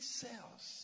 cells